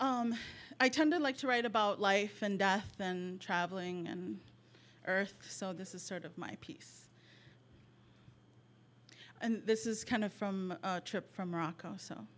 right i tend to like to write about life and death and travelling and earth so this is sort of my peace and this is kind of from trip from morocco so